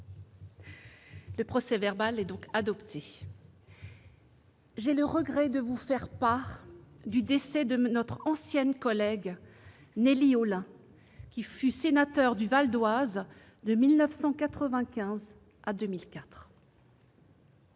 Le procès-verbal est adopté. J'ai le regret de vous faire part du décès de notre ancienne collègue Nelly Olin, qui fut sénateur du Val-d'Oise de 1995 à 2004.